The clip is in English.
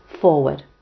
Forward